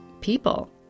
people